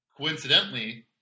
Coincidentally